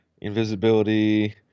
invisibility